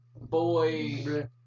Boy